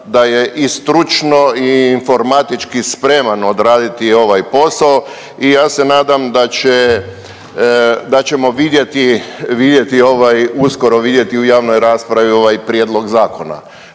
da je i stručno i informatički spreman odraditi i ovaj posao. I ja se nadam da ćemo uskoro vidjeti u javnoj raspravi ovaj prijedlog zakona.